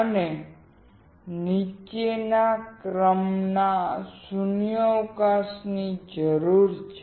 અમને નીચા ક્રમના શૂન્યાવકાશની જરૂર છે